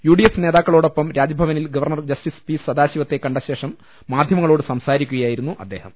U D F നേതാക്കളൊടൊപ്പം രാജ്ഭവനിൽ governor justice P സദാശിവത്തെ കണ്ട ശേഷം മാധ്യമങ്ങളോട് സംസാരിക്കുക യായിരുന്നു അദ്ദേഹം